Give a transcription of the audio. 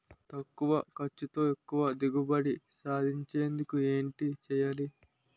తక్కువ ఖర్చుతో ఎక్కువ దిగుబడి సాధించేందుకు ఏంటి చేయాలి?